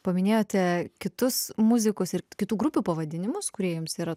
paminėjote kitus muzikus ir kitų grupių pavadinimus kurie jums yra